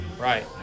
Right